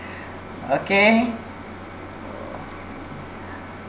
okay